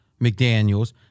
McDaniels